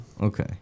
Okay